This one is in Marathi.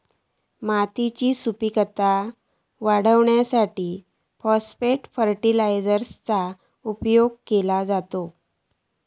मातयेची सुपीकता वाढवूसाठी फाॅस्फेट फर्टीलायझरचो उपयोग केलो जाता